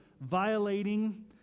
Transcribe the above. violating